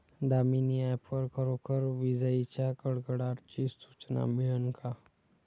Damini app वर खरोखर विजाइच्या कडकडाटाची सूचना मिळन का?